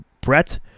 Brett